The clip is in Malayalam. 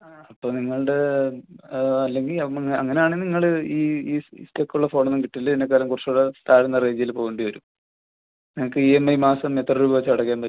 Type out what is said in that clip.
ആ അപ്പ നിങ്ങളുടെ അല്ലെങ്കി ൽഅത് അങ്ങനെയാണെങ്കിൽ നിങ്ങൾ ഈ ഈ സ്റ്റക്കുള്ള ഫോണൊന്നും കിട്ടില്ല ഇതിനേക്കാളും കുറച്ചൂ കൂടെ താഴ്ന്ന റേഞ്ചിൽ പോവേണ്ടി വരും നിങ്ങൾക്ക് ഈ എം ഐ മാസം എത്ര രൂപ വച്ച് അടയ്ക്കാൻ പറ്റും